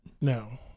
No